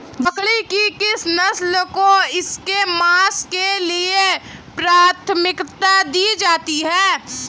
बकरी की किस नस्ल को इसके मांस के लिए प्राथमिकता दी जाती है?